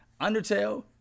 Undertale